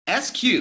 SQ